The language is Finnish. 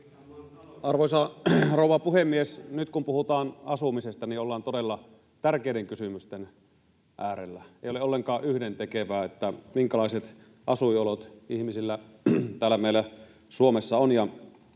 Arvoisa rouva puhemies! Nyt, kun puhutaan asumisesta, ollaan todella tärkeiden kysymysten äärellä. Ei ole ollenkaan yhdentekevää, minkälaiset asuinolot ihmisillä täällä meillä Suomessa on.